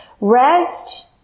Rest